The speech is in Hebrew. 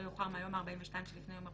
לא יאוחר מהיום ה-42 שלפני יום הבחירות,